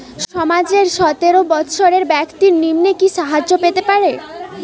সমাজের সতেরো বৎসরের ব্যাক্তির নিম্নে কি সাহায্য পেতে পারে?